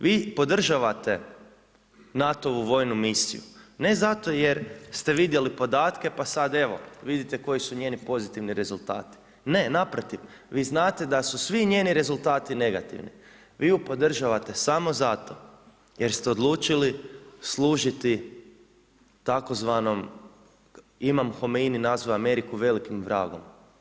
Vi podržavate NATO-ovu vojnu misiju ne zato jer ste vidjeli podatke pa sad evo vidite koji su njeni pozitivni rezultati, ne, naprotiv, vi znate da su svi njeni rezultati negativni, vi ju podržavate samo zato jer ste odlučili služiti, tzv. imam Homeini nazvao je Ameriku „velikim vragom“